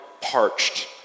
parched